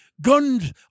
guns